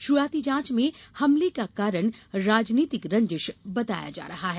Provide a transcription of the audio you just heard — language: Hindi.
शुरुआती जांच में हमले का कारण राजनीतिक रंजिश बताया जा रहा है